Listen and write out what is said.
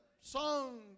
Song